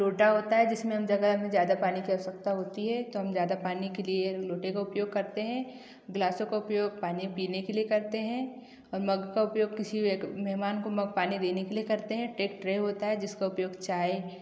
लोटा होता है जिसमें हम जगह हमें ज़्यादा पानी की आवश्यकता होती है तो हम ज़्यादा पानी के लिए लोटे का उपयोग करते हैं ग्लासों का उपयोग पानी पीने के लिए करते हैं और मग का उपयोग किसी मेहमान को पानी देने के लिए करते हैं एक ट्रे होता है जिसका उपयोग चाय